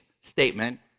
statement